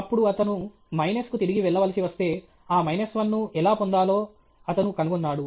అప్పుడు అతను మైనస్కు తిరిగి వెళ్ళవలసి వస్తే ఆ మైనస్ 1 ను ఎలా పొందాలో అతను కనుగొన్నాడు